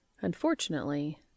Unfortunately